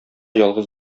ялгыз